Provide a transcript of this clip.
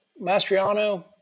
Mastriano